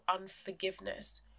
unforgiveness